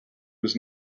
was